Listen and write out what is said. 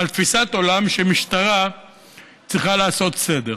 על תפיסת עולם שמשטרה צריכה לעשות סדר.